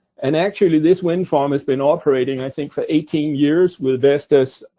and, actually, this wind farm has been operating, i think, for eighteen years, with a vestas